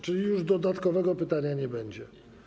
Czyli już dodatkowego pytania nie będzie?